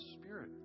Spirit